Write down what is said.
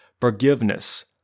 Forgiveness